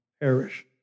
perish